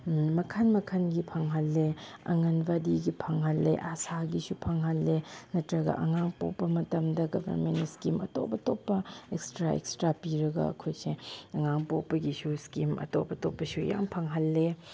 ꯃꯈꯜ ꯃꯈꯜꯒꯤ ꯐꯪꯍꯜꯂꯦ ꯑꯪꯒꯟꯋꯥꯗꯤꯒꯤ ꯐꯪꯍꯜꯂꯦ ꯑꯥꯁꯥꯒꯤꯁꯨ ꯐꯪꯍꯜꯂꯦ ꯅꯠꯇ꯭ꯔꯒ ꯑꯉꯥꯡ ꯄꯣꯛꯄ ꯃꯇꯝꯗ ꯒꯚꯔꯟꯃꯦꯟ ꯁ꯭ꯀꯤꯝ ꯑꯇꯣꯞ ꯑꯇꯣꯞꯄ ꯑꯦꯛꯁꯇ꯭ꯔꯥ ꯑꯦꯛꯁꯇ꯭ꯔꯥ ꯄꯤꯔꯒ ꯑꯩꯈꯣꯏꯁꯦ ꯑꯉꯥꯡ ꯄꯣꯛꯄꯒꯤꯁꯨ ꯁ꯭ꯀꯤꯝ ꯑꯇꯣꯞ ꯑꯇꯣꯞꯄꯁꯨ ꯌꯥꯝ ꯐꯪꯍꯜꯂꯦ